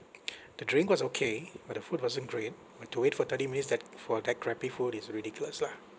the drink was okay but the food wasn't great and to wait for thirty minutes that for that crappy food is ridiculous lah